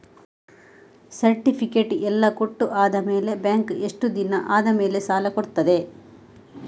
Certificate ಎಲ್ಲಾ ಕೊಟ್ಟು ಆದಮೇಲೆ ಬ್ಯಾಂಕ್ ಎಷ್ಟು ದಿನ ಆದಮೇಲೆ ಸಾಲ ಕೊಡ್ತದೆ?